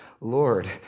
Lord